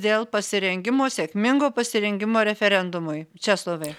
dėl pasirengimo sėkmingo pasirengimo referendumui česlovai